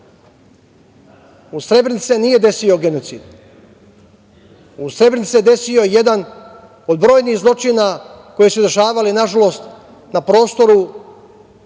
Srebrenici se nije desio genocid. U Srebrenici se desio jedan od brojnih zločina koji su se dešavali, nažalost, na prostoru